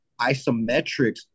isometrics